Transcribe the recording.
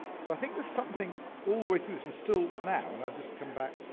so i think there's something all the way through this and still now, and i've just come back